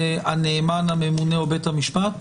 זה הנאמן הממונה או בית המשפט?